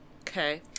Okay